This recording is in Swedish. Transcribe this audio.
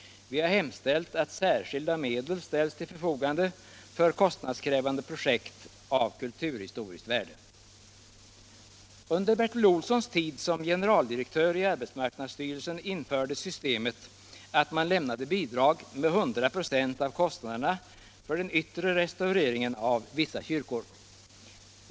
Det har hemställts att särskilda medel ställs till förfogande för kostnadskrävande projekt av kulturhistoriskt värde. Under Bertil Olssons tid som generaldirektör i arbetsmarknadsstyrelsen infördes systemet att man lämnade bidrag med 100 926 av kostnaderna för den yttre restaureringen av vissa kyrkor.